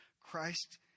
Christ